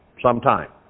sometime